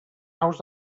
naus